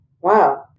Wow